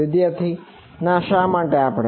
વિદ્યાર્થી ના શા માટે આપણે